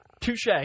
Touche